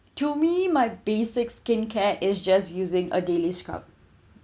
to me my basic skincare is just using a daily scrub